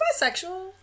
bisexual